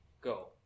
Go